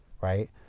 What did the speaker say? right